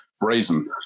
Brazen